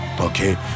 Okay